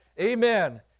Amen